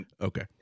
Okay